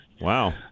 Wow